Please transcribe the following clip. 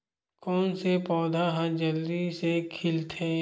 कोन से पौधा ह जल्दी से खिलथे?